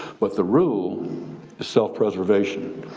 but the rule is self-preservation.